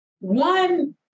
One